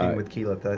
with kelyeth. ah